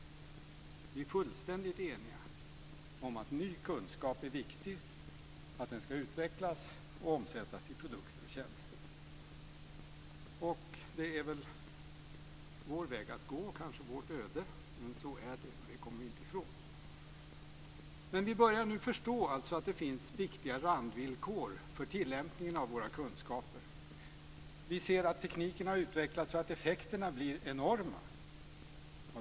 Vi är fullständigt eniga om att ny kunskap är viktig och att den ska utvecklas och omsättas i produkter och tjänster. Det är väl vår väg att gå och kanske vårt öde men så är det och det kommer vi inte ifrån. Vi börjar nu alltså att förstå att det finns viktiga randvillkor för tillämpningen av våra kunskaper. Vi ser att tekniken har utvecklats och att effekterna av det vi gör blir enorma.